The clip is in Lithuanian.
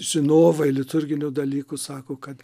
žinovai liturginių dalykų sako kad